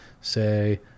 say